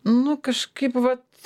nu kažkaip vat